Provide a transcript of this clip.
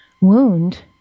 wound